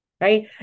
right